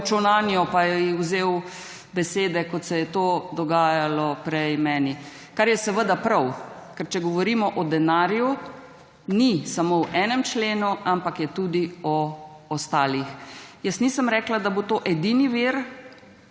skočili nanjo, pa ji vzel besede, kot se je to dogajalo prej meni, kar je seveda prav, ker če govorimo o denarju, ni samo v enem členu, ampak je tudi o ostalih. Jaz nisem rekla, da bo to edini vir,